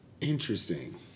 Interesting